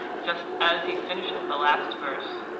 just as he finished the last verse.